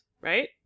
right